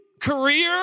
career